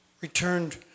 returned